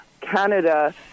Canada